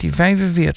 1945